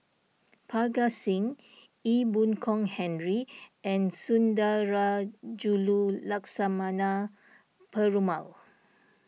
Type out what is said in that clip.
Parga Singh Ee Boon Kong Henry and Sundarajulu Lakshmana Perumal